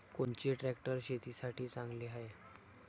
कोनचे ट्रॅक्टर शेतीसाठी चांगले हाये?